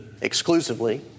exclusively